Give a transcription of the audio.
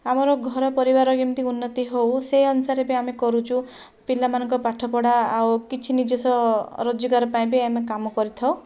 ଆମର ଘର ପରିବାର କେମିତି ଉନ୍ନତି ହେଉ ସେହି ଅନୁସାରେ ବି ଆମେ କରୁଛୁ ପିଲାମାନଙ୍କର ପାଠପଢ଼ା ଆଉ କିଛି ନିଜସ୍ୱ ରୋଜଗାର ପାଇଁ ବି ଆମେ କାମ କରିଥାଉ